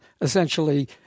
essentially